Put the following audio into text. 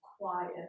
quiet